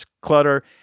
clutter